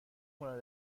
کنه